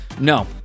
No